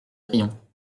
rayons